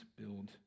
build